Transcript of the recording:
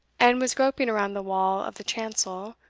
and was groping around the wall of the chancel,